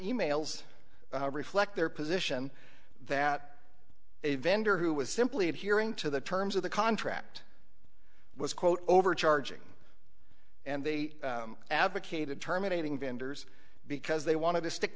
e mails reflect their position that a vendor who was simply adhering to the terms of the contract was quote overcharging and they advocated terminating vendors because they wanted to stick